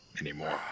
anymore